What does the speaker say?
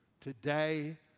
today